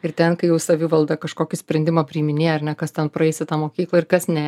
ir ten kai jau savivalda kažkokį sprendimą priiminėja ar ne kas ten praeis į tą mokyklą ir kas ne